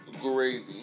Gravy